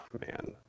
Man